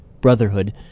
Brotherhood